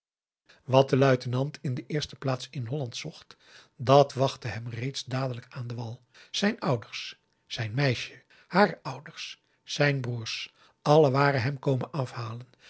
wat de luitenant in de eerste plaats in holland zocht dat wachtte hem reeds dadelijk aan den wal zijn ouders zijn meisje haar ouders zijn broers allen waren hem komen afhalen